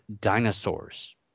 dinosaurs